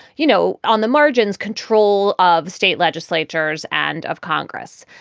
you know, on the margins, control of state legislatures and of congress,